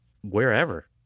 wherever